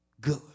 good